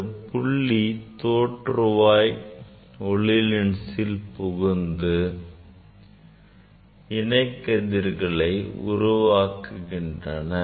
இந்த புள்ளி தோற்றுவாய் ஒளி லென்ஸில் புகுந்து இணை கதிர்களாக மாறுகின்றன